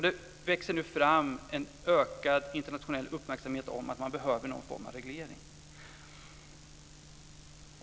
Det växer nu fram en ökad internationell uppmärksamhet på att man behöver någon form av reglering.